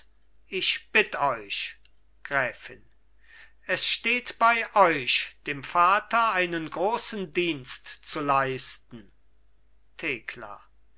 ich bitt euch gräfin es steht bei euch dem vater einen großen dienst zu leisten